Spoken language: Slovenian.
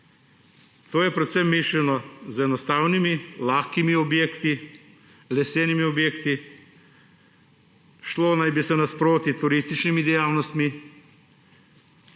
To je predvsem mišljeno z enostavnimi lahkimi objekti, lesenimi objekti, šlo naj bi se nasproti turističnimi dejavnostmi.